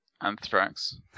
anthrax